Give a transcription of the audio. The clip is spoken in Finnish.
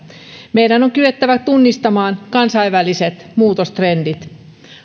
meidän on kyettävä tunnistamaan kansainväliset muutostrendit